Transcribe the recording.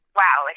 wow